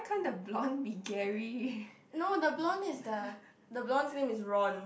no the blonde is the the blonde's name is Ron